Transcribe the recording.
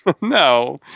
No